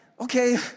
okay